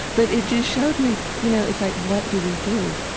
but it just showed me, you know, it's like what do we do?